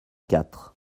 quatre